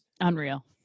Unreal